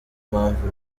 mpamvu